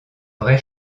vrai